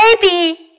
baby